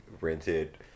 rented